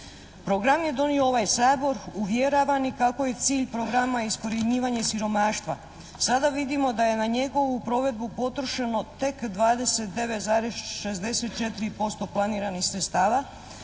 Program je donio ovaj Sabor, uvjeravani kako je cilj programa iskorjenjivanje siromaštva, sada vidimo da je na njegovu provedbu potrošeno tek 29,64% planiranih sredstava,